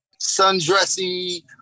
Sundressy